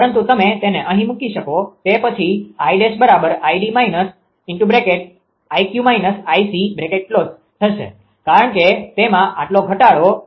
પરંતુ તમે તેને અહીં મૂકશો તે પછી I'𝐼𝑑−𝐼𝑞−𝐼𝑐 થશે કારણ કે તેમાં આટલો ઘટાડો છે